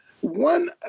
one